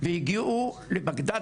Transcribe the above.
והגיעו לבגדד,